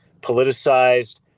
politicized